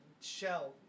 shell